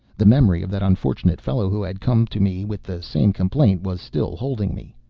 the memory, of that unfortunate fellow who had come to me with the same complaint was still holding me.